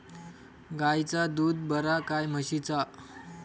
गायचा दूध बरा काय म्हशीचा?